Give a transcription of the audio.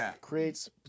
creates